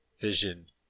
vision